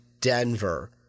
Denver